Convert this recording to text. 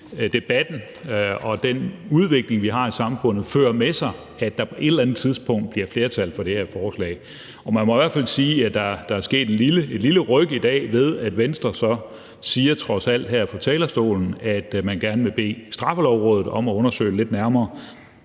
og den udvikling, vi har i samfundet, fører med sig, at der på et eller andet tidspunkt bliver flertal for det her forslag. Man må i hvert fald sige, at der er sket et lille ryk i dag, ved at Venstre så trods alt siger her fra talerstolen, at man gerne vil bede Straffelovrådet om at undersøge det lidt nærmere.